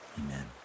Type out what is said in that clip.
Amen